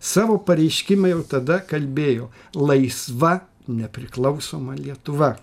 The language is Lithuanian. savo pareiškime jau tada kalbėjo laisva nepriklausoma lietuva